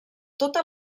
tota